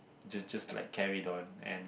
just just like carried on and